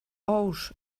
ous